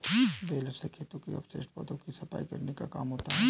baler से खेतों के अवशिष्ट पौधों की सफाई करने का काम होता है